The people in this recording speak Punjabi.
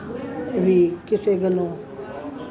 ਵੀ ਕਿਸੇ ਗੱਲੋਂ